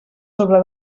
sobre